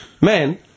man